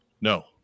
no